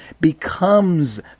becomes